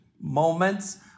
moments